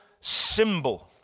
symbol